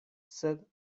sed